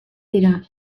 dira